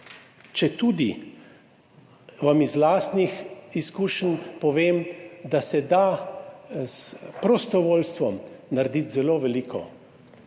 četudi vam iz lastnih izkušenj povem, da se da s prostovoljstvom narediti zelo veliko.